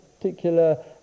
particular